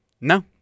No